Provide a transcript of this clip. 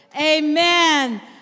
Amen